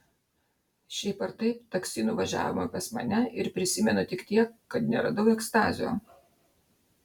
šiaip ar taip taksi nuvažiavome pas mane ir prisimenu tik tiek kad neradau ekstazio